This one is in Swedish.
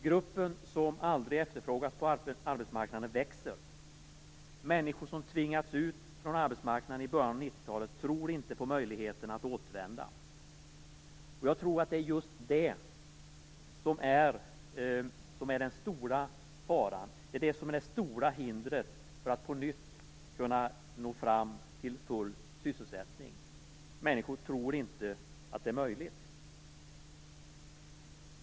Gruppen som aldrig efterfrågas på arbetsmarknaden växer. Människor som tvingats ut från arbetsmarknaden i början av 90-talet tror inte på möjligheten att återvända. Jag tror att det är just det som är det stora hindret för att på nytt nå full sysselsättning - människor tror inte att det är möjligt.